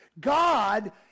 God